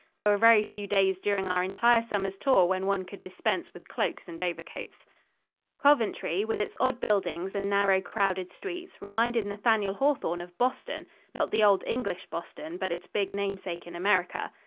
there were very few days during our entire summer's tour when one could dispense with cloaks and overcoats. coventry, with its odd buildings and narrow, crowded streets, reminded nathaniel hawthorne of boston not the old english boston, but its big namesake in america.